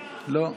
לא?